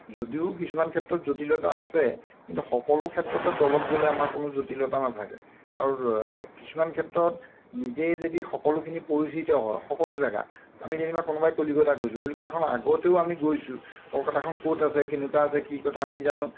যদিও কিছুমান ক্ষেত্ৰত জটিলতা আছে কিন্তু সকলো ক্ষেত্ৰতে দলত গ'লে আমাৰ কোনো জটিলতা নাথাকে আৰু কিছুমান ক্ষেত্ৰত নিজেই যদি সকলোখিনি পৰিচিত হয় সকলো জেগা আমি যেনিবা কোনোবাই কলিকতা গৈছোঁ কলিকতাখন আগতেও আমি গৈছোঁ কলকাতাখন ক'ত আছে কেনেকুৱা আছে কি কথা আমি জানোঁ